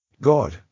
God